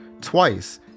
Twice